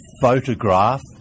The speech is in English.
photograph